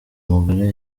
mugore